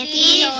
and e